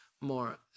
more